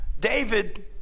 David